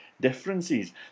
differences